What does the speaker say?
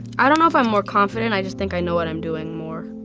i don't know if i'm more confident, i just think i know what i'm doing more.